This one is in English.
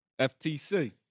FTC